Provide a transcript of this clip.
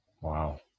Wow